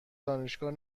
دانشگاه